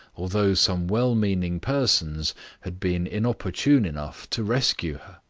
although some well-meaning persons had been inopportune enough to rescue her.